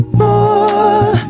more